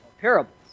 Parables